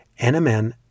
NMN